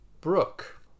Brooke